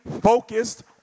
focused